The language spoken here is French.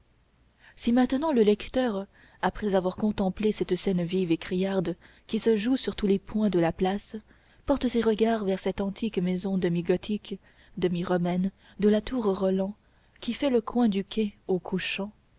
si maintenant le lecteur après avoir contemplé cette scène vive et criarde qui se joue sur tous les points de la place porte ses regards vers cette antique maison demi gothique demi romane de la tour roland qui fait le coin du quai au couchant